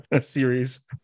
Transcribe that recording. series